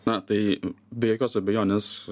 na tai be jokios abejonės